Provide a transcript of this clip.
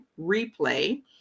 replay